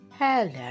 Hello